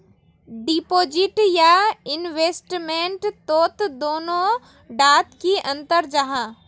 Deposit या investment तोत दोनों डात की अंतर जाहा?